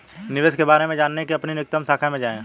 निवेश के बारे में जानने के लिए अपनी निकटतम शाखा में जाएं